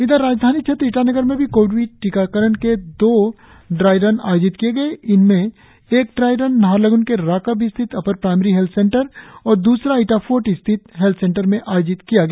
इधर राजधानी क्षेत्र ईटानगर में भी कोविड टीकाकरण के दो ड्राईरन आयोजित किए गए इनमें एक ड्राईरन नाहरलग्न के राकब स्थित अपर प्राइमरी हेल्थ सेंटर और द्रसरा इटाफोर्ट स्थित हैल्थ सेंटर में आयोजित किया गया